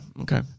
okay